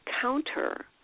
counter